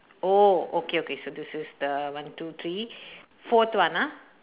oh okay okay so this is the one two three forth one ah